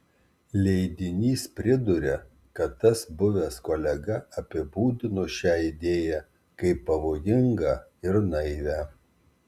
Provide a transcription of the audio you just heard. leidinys priduria kad tas buvęs kolega apibūdino šią idėją kaip pavojingą ir naivią